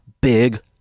big